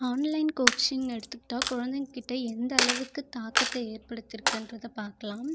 online கோச்சிங்ன்னு எடுத்துக்கிட்டால் குழந்தைங்கிட்ட எந்த அளவுக்கு தாக்கத்தை ஏற்படுத்திருக்கின்றத பார்க்லாம்